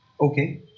Okay